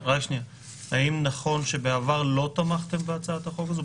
אבל האם נכון שבעבר לא תמכתם בהצעת החוק הזאת?